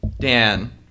Dan